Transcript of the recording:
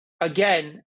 Again